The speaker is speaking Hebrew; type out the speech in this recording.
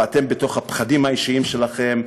ואתם בתוך הפחדים האישיים שלכם,